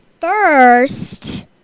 first